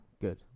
Good